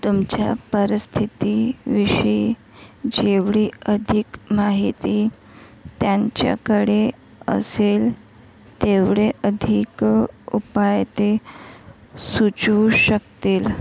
तुमच्या परिस्थितीविषयी जेवढी अधिक माहिती त्यांच्याकडे असेल तेवढे अधिक उपाय ते सुचवू शकतील